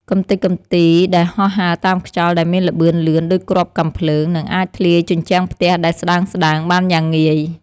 កម្ទេចកំទីដែលហោះហើរតាមខ្យល់ដែលមានល្បឿនលឿនដូចគ្រាប់កាំភ្លើង និងអាចធ្លាយជញ្ជាំងផ្ទះដែលស្តើងៗបានយ៉ាងងាយ។